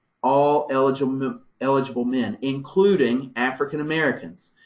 all eligible eligible men, including african-americans.